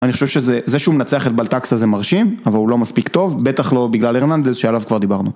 אני חושב שזה..שזה שהוא מנצח את בלטקס הזה מרשים אבל הוא לא מספיק טוב בטח לא בגלל ארננדלס שעליו כבר דיברנו